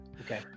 Okay